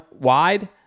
wide